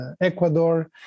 Ecuador